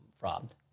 robbed